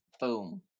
Boom